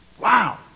Wow